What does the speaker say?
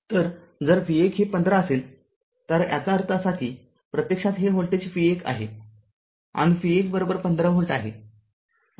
तरजर v १ हे १५ असेल तर याचा अर्थ असा कीप्रत्यक्षात हे व्होल्टेज v १ आहे आणि v ११५ व्होल्ट आहे